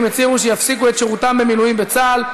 הצהירו שיפסיקו את שירותם במילואים בצה"ל,